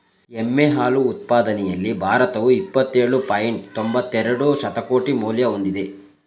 ಎಮ್ಮೆ ಹಾಲು ಉತ್ಪಾದನೆಯಲ್ಲಿ ಭಾರತವು ಇಪ್ಪತ್ತೇಳು ಪಾಯಿಂಟ್ ತೊಂಬತ್ತೆರೆಡು ಶತಕೋಟಿ ಮೌಲ್ಯ ಹೊಂದಿದೆ